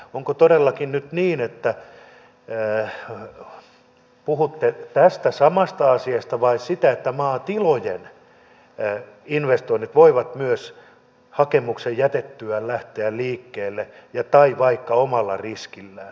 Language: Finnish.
onko todellakin nyt niin että puhutte tästä samasta asiasta vai siitä että maatilojen investoinnit voivat myös hakemuksen jättämisen jälkeen lähteä liikkeelle tai vaikka omalla riskillään